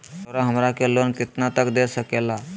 रउरा हमरा के लोन कितना तक का दे सकेला?